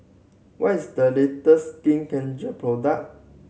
what is the latest Skin Ceutical product